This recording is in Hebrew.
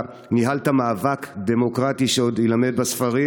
ניהלת מאבק דמוקרטי שעוד יילמד בספרים